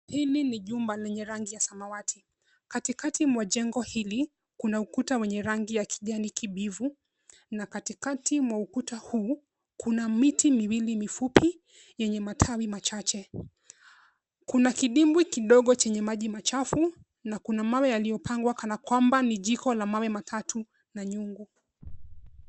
Hili ni jumba lenye rangi ya samawati. Katikati mwa jengo hili, kuna ukuta mwenye rangi ya kijani kibivu na katikati mwa ukuta huu kuna mti miwili mifupi yenye matawi machache. Kuna kidimbwi kidogo chenye maji machafu na kuna mawe yaliyopangwa kanakwamba ni jiko la mawe matatu na nyungu.